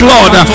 Lord